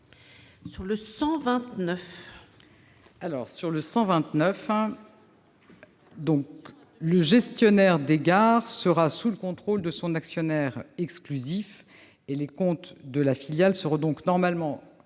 n° 129, le gestionnaire des gares serait sous le contrôle de son actionnaire exclusif et les comptes de la filiale seraient normalement